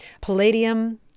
palladium